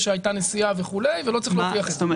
שהייתה נסיעה ולא צריך להוכיח את זה.